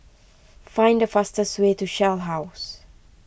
find the fastest way to Shell House